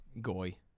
goy